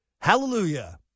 Hallelujah